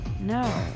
No